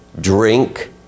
drink